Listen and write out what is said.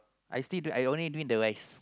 I still do I only doing the rice